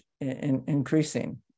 increasing